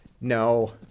no